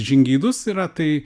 žingeidus yra tai